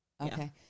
Okay